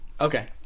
Okay